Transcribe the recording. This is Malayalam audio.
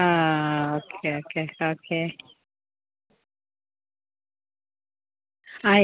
ആ ഓക്കെ ഓക്കെ ഓക്കെ ആയി